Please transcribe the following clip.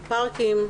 ופארקים.